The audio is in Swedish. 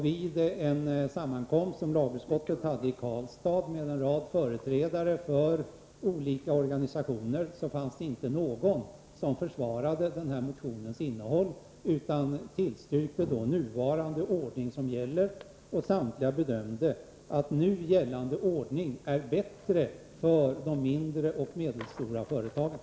Vid en sammankomst, som lagutskottet hade i Karlstad med en rad företrädare för olika organisationer, fanns det inte någon som försvarade den här motionens innehåll, utan man tillstyrkte nuvarande ordning. Samtliga bedömde att nu gällande ordning är bättre för de mindre och medelstora företagen.